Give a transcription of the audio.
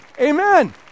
Amen